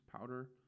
powder